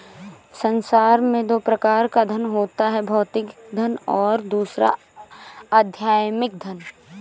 संसार में दो प्रकार का धन होता है भौतिक धन और दूसरा आध्यात्मिक धन